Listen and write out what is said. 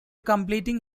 completing